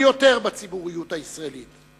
הפומבי ביותר בציבוריות הישראלית,